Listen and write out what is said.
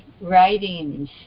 writings